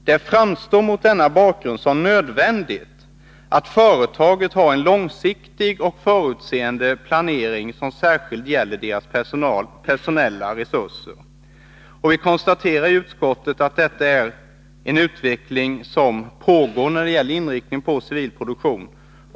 Det framstår mot denna bakgrund som nödvändigt att företagen har en långsiktig och förutseende planering som särskilt gäller deras personella resurser.” Vi konstaterar i utskottet att detta är en utveckling som pågår när det gäller inriktning på civil produktion.